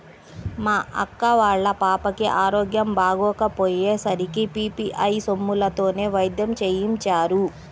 మా అక్క వాళ్ళ పాపకి ఆరోగ్యం బాగోకపొయ్యే సరికి పీ.పీ.ఐ సొమ్ములతోనే వైద్యం చేయించారు